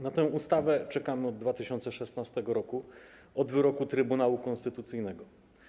Na tę ustawę czekamy od 2016 r., od wyroku Trybunału Konstytucyjnego.